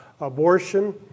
abortion